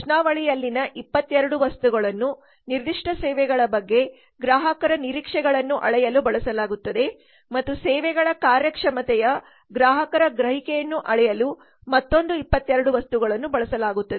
ಪ್ರಶ್ನಾವಳಿಯಲ್ಲಿನ 22 ವಸ್ತುಗಳನ್ನು ನಿರ್ದಿಷ್ಟ ಸೇವೆಗಳ ಬಗ್ಗೆ ಗ್ರಾಹಕರ ನಿರೀಕ್ಷೆಗಳನ್ನು ಅಳೆಯಲು ಬಳಸಲಾಗುತ್ತದೆ ಮತ್ತು ಸೇವೆಗಳ ಕಾರ್ಯಕ್ಷಮತೆಯ ಗ್ರಾಹಕರ ಗ್ರಹಿಕೆಗಳನ್ನು ಅಳೆಯಲು ಮತ್ತೊಂದು 22 ವಸ್ತುಗಳನ್ನು ಬಳಸಲಾಗುತ್ತದೆ